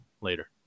later